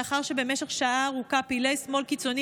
לאחר שבמשך שעה ארוכה פעילי שמאל קיצוני